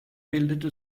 bildete